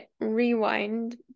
rewind